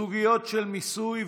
סוגיות של מיסוי,